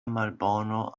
malbono